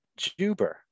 Juber